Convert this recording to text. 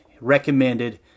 recommended